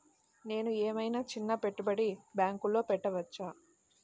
నేను ఏమయినా చిన్న పెట్టుబడిని బ్యాంక్లో పెట్టచ్చా?